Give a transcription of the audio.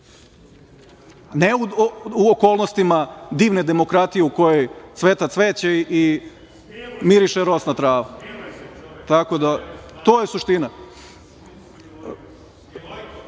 ne u okolnostima divne demokratije u kojoj cveta cveće i miriše rosna trava, tako da to je